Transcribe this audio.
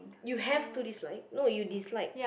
you have to dislike no you dislike